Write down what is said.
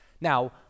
now